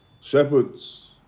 shepherds